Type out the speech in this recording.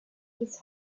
his